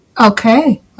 Okay